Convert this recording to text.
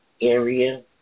area